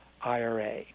IRA